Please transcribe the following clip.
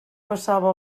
passava